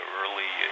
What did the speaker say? early